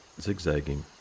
zigzagging